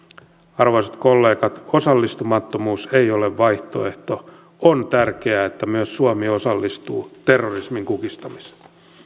arvoisa kollegat osallistumattomuus ei ole vaihtoehto on tärkeää että myös suomi osallistuu terrorismin kukistamiseen